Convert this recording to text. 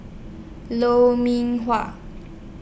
Lou Mee Wah